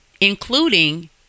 Including